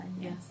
Yes